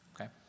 okay